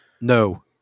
No